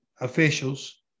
officials